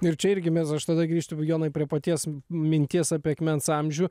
ir čia irgi mes aš tada grįžtu jonui prie paties minties apie akmens amžių